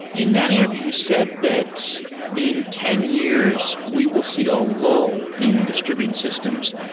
in that interview you said that in ten years we will see a lull in distributed systems.